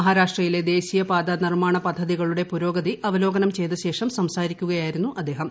മഹാരാഷ്ട്രയിലെ ദേശീയപാത നിർമ്മാണ പദ്ധതികളുടെ പുരോഗതി അവലോകനം ചെയ്ത ശേഷം സംസാരിക്കുകയായിരുന്നു അദ്ദേഹം